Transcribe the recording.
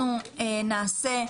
שונה.